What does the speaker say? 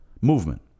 movement